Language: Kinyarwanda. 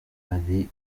hari